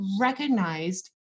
recognized